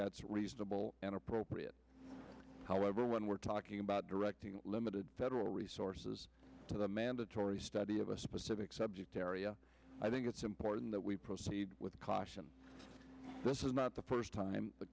that's reasonable and appropriate however when we're talking about directing limited federal resources to the mandatory study of a specific subject area i think it's important that we proceed with caution this is not the first time the